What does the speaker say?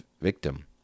victim